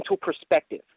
perspective